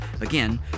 again